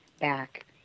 back